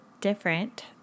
different